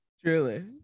Truly